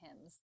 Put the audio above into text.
hymns